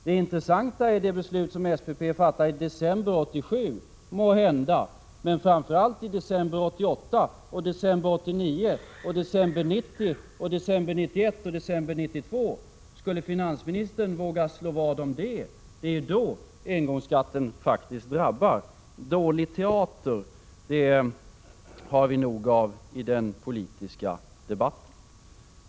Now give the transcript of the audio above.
Det intressanta är det beslut som SPP fattar i december 1987 - måhända — men framför allt i december 1988 och i december 1989 och i december 1990 och i december 1991 och i december 1992. Skulle finansministern våga slå vad om det? Det är ju då som engångsskatten faktiskt drabbar människorna. Dålig teater har vi nog av i den politiska debatten!